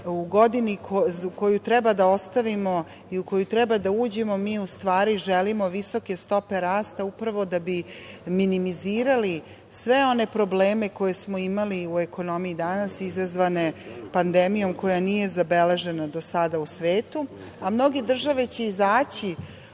u godini koju treba da ostavimo i u koju treba da uđemo, mi u stvari želimo visoke stope rasta upravo da bi minimizirali sve one probleme koje smo imali u ekonomiji danas, izazvane pandemijom koja nije zabeležena do sada u svetu. Mnoge države će izaći